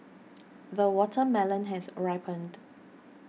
the watermelon has ripened